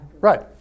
right